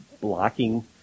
blocking